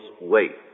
weight